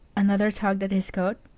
another tugged at his coat,